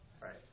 right